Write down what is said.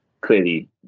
clearly